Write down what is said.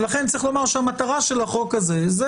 ולכן צריך לומר שהמטרה של החוק הזה זה